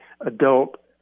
adult